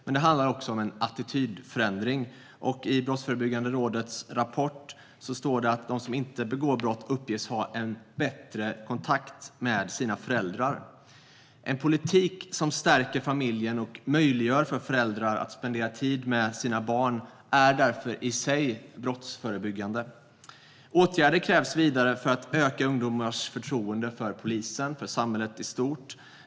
Men det handlar också om en attitydförändring. I Brottsförebyggande rådets rapport står det att de som inte begår brott uppges ha bättre kontakt med sina föräldrar. En politik som stärker familjen och möjliggör för föräldrar att spendera tid med sina barn är därför i sig brottsförebyggande. Åtgärder krävs vidare för att öka ungdomars förtroende för polisen och samhället i stort.